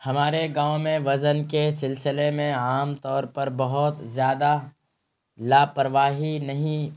ہمارے گاؤں میں وزن کے سلسلے میں عام طور پر بہت زیادہ لاپرواہی نہیں